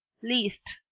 liszt,